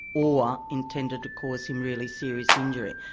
or intended to cause him really serious injury.